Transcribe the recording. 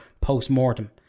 post-mortem